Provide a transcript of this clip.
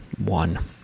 one